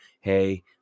Hey